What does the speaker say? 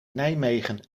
nijmegen